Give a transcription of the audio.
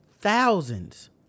thousands